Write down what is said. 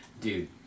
dude